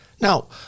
Now